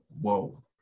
whoa